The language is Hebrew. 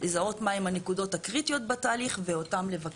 לזהות מה הן הנקודות הקריטיות בתהליך ואותן לבקר.